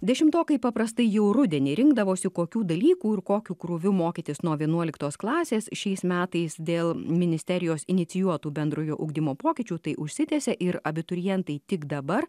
dešimtokai paprastai jau rudenį rinkdavosi kokių dalykų ir kokiu krūviu mokytis nuo vienuoliktos klasės šiais metais dėl ministerijos inicijuotų bendrojo ugdymo pokyčių tai užsitęsia ir abiturientai tik dabar